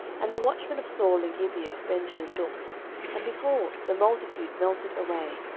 and the watchmen of saul in gibeah of benjamin looked and, behold, the multitude melted away,